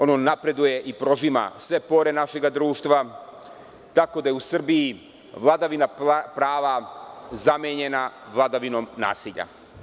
Ono napreduje i prožima sve pore našeg društva, tako da je u Srbiji vladavina prava zamenjena vladavinom nasilja.